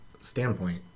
standpoint